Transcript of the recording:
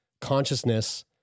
consciousness